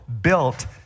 built